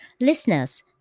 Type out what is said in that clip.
Listeners